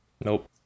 Nope